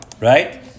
right